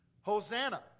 Hosanna